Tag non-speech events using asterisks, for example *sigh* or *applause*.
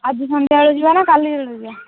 ଆଜି ସନ୍ଧ୍ୟାବେଳକୁ ଯିବାନା କାଲି *unintelligible* ଯିବା